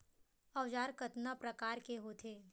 औजार कतना प्रकार के होथे?